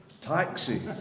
Taxi